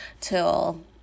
till